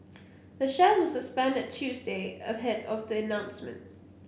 the shares were suspended Tuesday ahead of the announcement